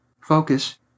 Focus